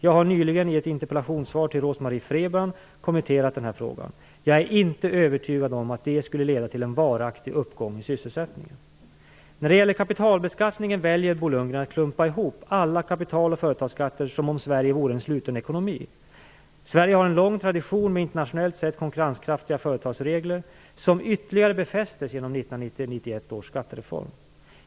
Jag har nyligen, i ett tidigare interpellationssvar till Rose-Marie Frebran, kommenterat denna fråga: Jag är inte övertygad om att detta skulle leda till en varaktig uppgång i sysselsättningen. När det gäller kapitalbeskattningen väljer Bo Lundgren att klumpa ihop alla kapital och företagsskatter som om Sverige vore en sluten ekonomi. Sverige har en lång tradition med internationellt sett konkurrenskraftiga företagsskatteregler, som ytterligare befästes genom 1990-1991 års skattereform.